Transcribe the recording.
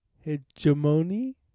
hegemony